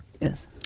Yes